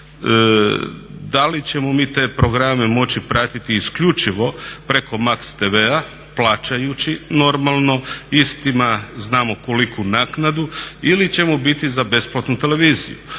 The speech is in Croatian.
da li ćemo mi te programe moći pratiti isključivo preko MAX tv-a, plaćajući normalno istima znamo koliku naknadu ili ćemo biti za besplatnu televiziju.